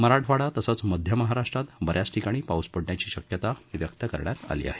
मराठवाडा तसंच मध्य महाराष्ट्रात बऱ्याच ठिकाणी पाऊस पडण्याची शक्यता व्यक्त करण्यात आली आहे